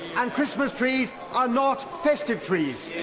and christmas trees are not festive trees